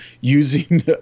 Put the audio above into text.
using